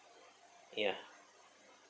ya